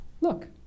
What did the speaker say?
look